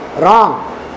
wrong